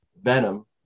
Venom